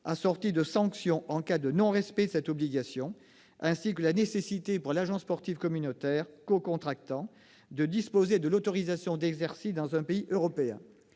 assortie de sanctions en cas de non-respect de cette obligation, ainsi que la nécessité pour l'agent sportif communautaire cocontractant de disposer de l'autorisation d'exercice dans un pays européen.